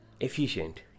efficient